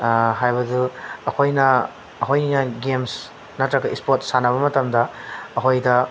ꯍꯥꯏꯕꯗꯨ ꯑꯩꯈꯣꯏꯅ ꯑꯩꯈꯣꯏꯅ ꯒꯦꯝꯁ ꯅꯠꯇ꯭ꯔꯒ ꯏꯁꯄꯣꯔꯠ ꯁꯥꯟꯅꯕ ꯃꯇꯝꯗ ꯑꯩꯈꯣꯏꯗ